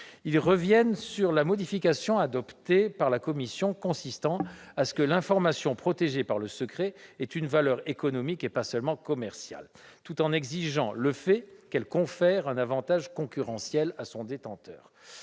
à revenir sur la modification adoptée par la commission, consistant à ce que l'information protégée par le secret ait une valeur économique et pas seulement commerciale, tout en exigeant le fait qu'elle confère un avantage concurrentiel à son détenteur.